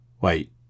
wait